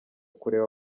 kureba